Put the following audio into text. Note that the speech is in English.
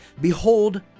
Behold